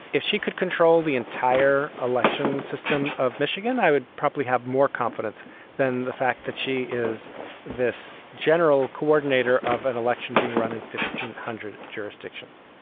if she could control the entire election system of michigan, i would probably have more confidence than the fact that she is this general coordinator of an election being run in fifteen hundred jurisdictions.